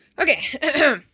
okay